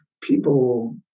people